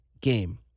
game